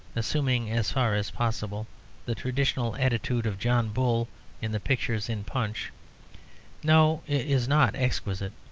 assuming as far as possible the traditional attitude of john bull in the pictures in punch no, it is not exquisite.